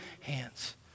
hands